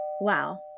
Wow